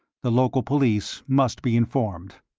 the local police must be informed.